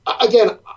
again